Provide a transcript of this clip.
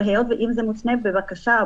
אבל אם זה מותנה בבקשה,